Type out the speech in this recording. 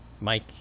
mike